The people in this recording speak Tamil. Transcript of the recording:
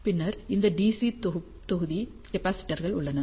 பின்னர் இந்த டிசி தொகுதி கேப்பாசிடர்கள் உள்ளன